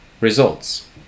Results